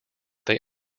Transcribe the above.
they